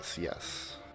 yes